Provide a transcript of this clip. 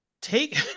take